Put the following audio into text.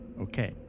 okay